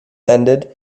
ended